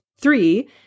three